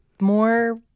More